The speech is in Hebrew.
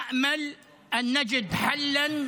זה הרבה זמן,